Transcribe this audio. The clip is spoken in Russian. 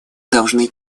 должны